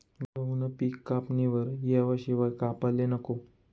गहूनं पिक कापणीवर येवाशिवाय कापाले नको